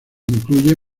incluye